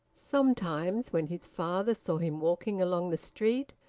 sometimes when his father saw him walking along the street,